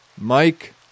Mike